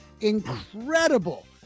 incredible